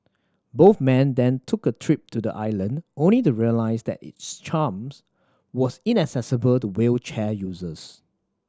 both men then took a trip to the island only the realise that its charms was inaccessible to wheelchair users